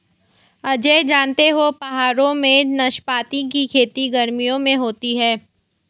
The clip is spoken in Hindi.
अजय जानते हो पहाड़ों में नाशपाती की खेती गर्मियों में होती है